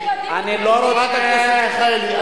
חברת הכנסת מיכאלי.